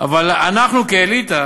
"אבל אנחנו כאליטה